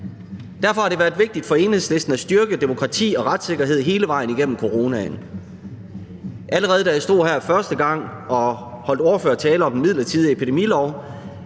Derfor har det været vigtigt for Enhedslisten at styrke demokratiet og retssikkerheden hele vejen igennem coronaen. Allerede da jeg stod her første gang og holdt ordførertale om den midlertidige epidemilov,